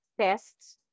tests